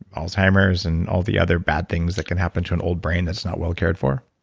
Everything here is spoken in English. alzheimer's and all the other bad things that can happen to an old brain that's not well cared for?